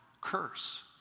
curse